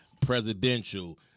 Presidential